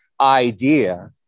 idea